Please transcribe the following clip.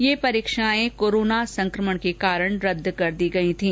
ये परीक्षाएं कोरोना संकमण के कारण रदद कर दी गई थीं